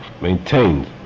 maintained